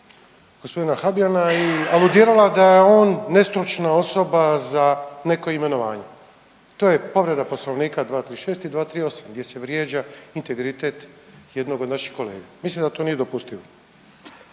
g. Habijana i aludirala da je on nestručna osoba za neko imenovanje. To je povreda poslovnika 236. i 238. di se vrijeđa integritet jednog od naših kolega, mislim da to nije dopustivo.